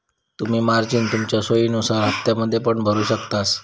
तुम्ही मार्जिन तुमच्या सोयीनुसार हप्त्त्यांमध्ये पण भरु शकतास